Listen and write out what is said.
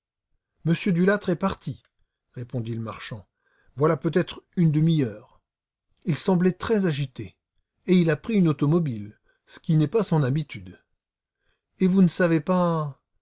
dulâtre est parti répondit le marchand voilà peut-être une demi-heure il semblait très agité et il a pris une automobile ce qui n'est pas son habitude et vous ne savez pas